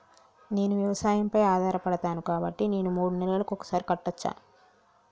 నేను వ్యవసాయం పై ఆధారపడతాను కాబట్టి నేను మూడు నెలలకు ఒక్కసారి కట్టచ్చా?